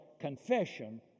confession